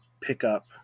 pickup